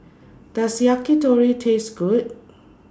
Does Yakitori Taste Good